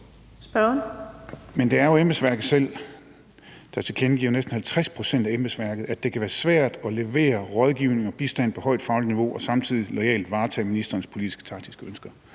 Men det er jo embedsværket selv, der tilkendegiver – næsten 50 pct. af embedsværket – at det kan være svært at levere rådgivning og bistand på højt fagligt niveau og samtidig loyalt varetage ministerens politisk-taktiske ønsker.